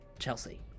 Chelsea